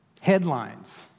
Headlines